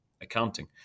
accounting